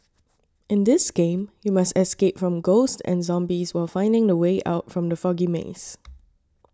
in this game you must escape from ghosts and zombies while finding the way out from the foggy maze